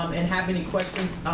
and have any questions